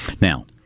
Now